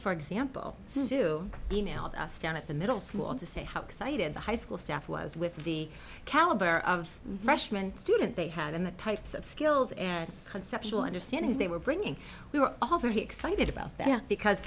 for example to e mailed us down at the middle school to say how excited the high school staff was with the caliber of freshman student they had and the types of skills and conceptual understanding as they were bringing we were all very excited about that because